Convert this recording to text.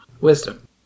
Wisdom